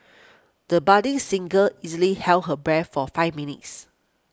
the budding singer easily held her breath for five minutes